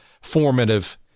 formative